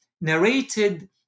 narrated